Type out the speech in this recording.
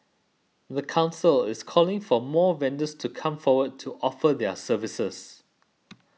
the council is calling for more vendors to come forward to offer their services